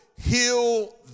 heal